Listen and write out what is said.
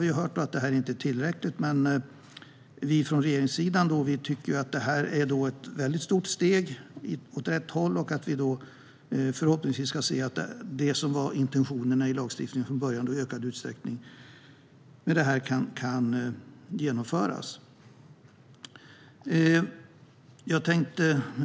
Vi har hört att det inte är tillräckligt. Men vi på regeringssidan tycker att det här är ett stort steg i rätt riktning. Förhoppningsvis kommer vi att se att det som var intentionerna i lagstiftningen från början kan genomföras i ökad utsträckning.